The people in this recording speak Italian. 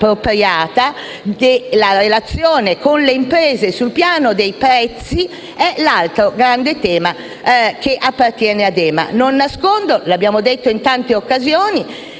appropriata. La relazione con le imprese sul piano dei prezzi è l'altro grande tema che appartiene ad EMA. Non nascondo, come abbiamo detto in tante occasioni,